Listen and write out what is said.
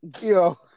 yo